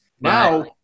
Now